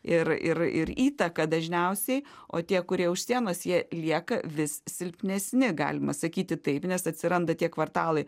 ir ir ir įtaką dažniausiai o tie kurie už sienos jie lieka vis silpnesni galima sakyti taip nes atsiranda tie kvartalai